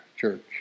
church